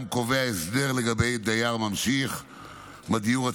קובע הסדר לגבי דייר ממשיך בדיור הציבורי.